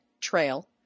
Trail